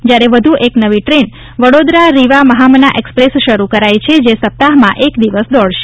જ્યારે વધુ એક નવી ટ્રેન વડોદરા રીવા મહામના એક્સપ્રેસ શરૂ કરાઈ છે જે સપ્તાહમાં એક દિવસ દોડશે